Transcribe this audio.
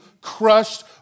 crushed